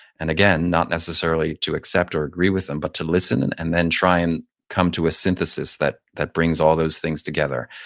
and again, not necessarily to accept or agree with them, but to listen and and then try and come to a synthesis that that brings all those things together.